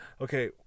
Okay